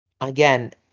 again